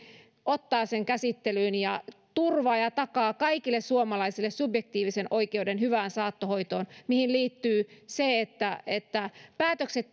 ottaa sen käsittelyyn ja turvaa ja takaa kaikille suomalaisille subjektiivisen oikeuden hyvään saattohoitoon mihin liittyy se että että päätökset